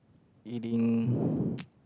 eating